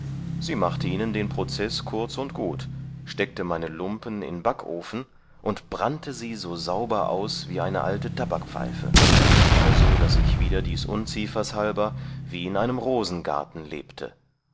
sie machte ihnen den prozeß kurz und gut steckte meine lumpen in backofen und brannte sie so sauber aus wie eine alte tabakpfeife also daß ich wieder dies unziefers halber wie in einem rosengarten lebte